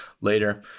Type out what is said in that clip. later